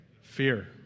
Fear